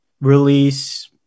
release